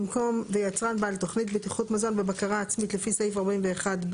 במקום "ויצרן בעל תוכנית בטיחות מזון בבקרה עצמית לפי סעיף 41(ב)"